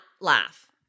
laugh